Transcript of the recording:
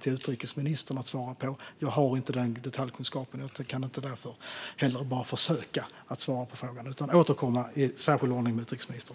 till utrikesministern. Jag har inte den detaljkunskapen och ska inte ens försöka svara på frågan. Ledamoten får återkomma i särskild ordning till utrikesministern.